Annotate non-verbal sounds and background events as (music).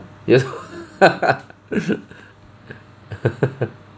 you (laughs)